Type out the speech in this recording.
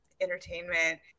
entertainment